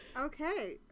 Okay